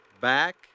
Back